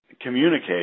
communicate